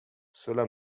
cela